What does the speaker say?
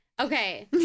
Okay